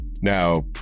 Now